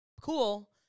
Cool